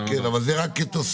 כן, אבל זה רק כתוספת.